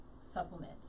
supplement